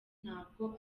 ntabwo